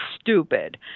stupid